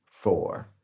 four